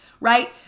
right